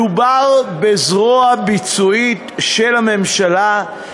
מדובר בזרוע ביצועית של הממשלה,